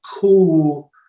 cool